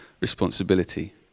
responsibility